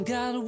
God